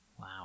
wow